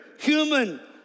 Human